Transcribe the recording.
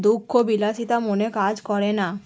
দুঃখ বিলাসিতা মনে কাজ করে না